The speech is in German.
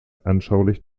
anschaulich